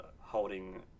holding